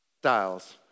styles